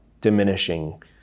diminishing